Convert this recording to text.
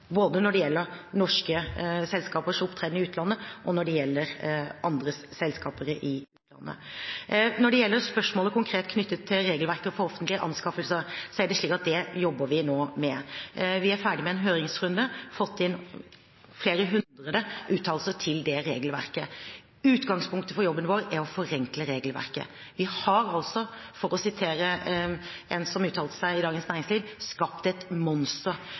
både når det gjelder norske selskapers opptreden i utlandet og når det gjelder andre selskaper i utlandet. Når det gjelder spørsmålet konkret knyttet til regelverket for offentlige anskaffelser, jobber vi nå med det. Vi er ferdig med en høringsrunde og har fått inn flere hundre uttalelser til det regelverket. Utgangspunktet for jobben vår er å forenkle regelverket. Vi har også, som en som uttalte seg i Dagens Næringsliv sa, skapt et monster.